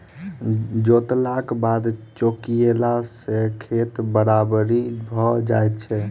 जोतलाक बाद चौकियेला सॅ खेत बराबरि भ जाइत छै